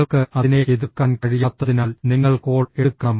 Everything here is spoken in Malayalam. നിങ്ങൾക്ക് അതിനെ എതിർക്കാൻ കഴിയാത്തതിനാൽ നിങ്ങൾ കോൾ എടുക്കണം